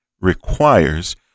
requires